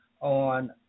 on